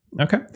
Okay